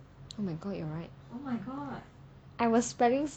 oh my god you are right I was spelling